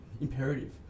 imperative